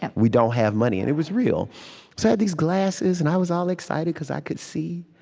and we don't have money. and it was real so i had these glasses, and i was all excited because i could see.